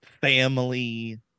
family